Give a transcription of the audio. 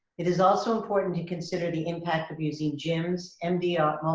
it is also important to consider the impact of using gyms, mdrs,